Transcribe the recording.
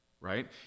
right